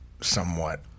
somewhat